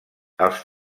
els